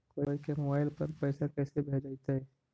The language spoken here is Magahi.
कोई के मोबाईल पर पैसा कैसे भेजइतै?